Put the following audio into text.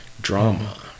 drama